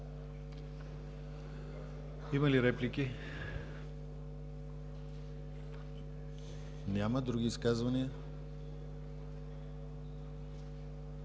Има ли реплики? Няма. Други изказвания?